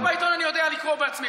לקרוא בעיתון אני יודע לקרוא בעצמי.